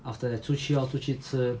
after that 出去 lor 出去吃